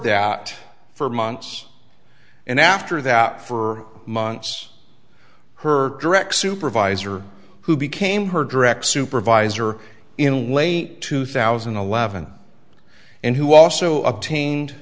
that for months and after that for months her direct supervisor who became her direct supervisor in late two thousand and eleven and who also obtained